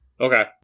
Okay